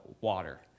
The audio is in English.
water